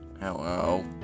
Hello